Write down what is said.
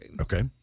Okay